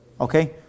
Okay